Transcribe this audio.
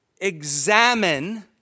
examine